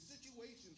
situations